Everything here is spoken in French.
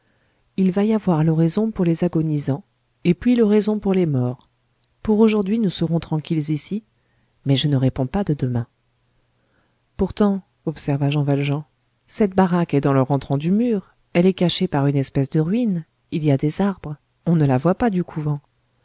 il va y avoir l'oraison pour les agonisants et puis l'oraison pour les morts pour aujourd'hui nous serons tranquilles ici mais je ne réponds pas de demain pourtant observa jean valjean cette baraque est dans le rentrant du mur elle est cachée par une espèce de ruine il y a des arbres on ne la voit pas du couvent